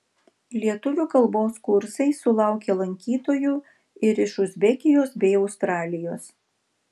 lietuvių kalbos kursai sulaukė lankytojų ir iš uzbekijos bei australijos